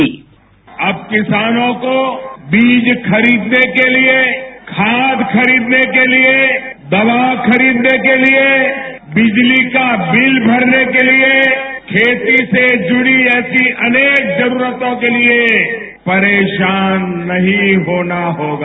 sound bite अब किसानों को बीज खरीदने के लिए खाद खरीदने के लिए दवा खरीदने के लिए बिजली का बिल भरने के लिए खेती से जुड़ी ऐसी अनेक जरुरतों के लिए परेशान नहीं होना होगा